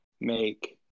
make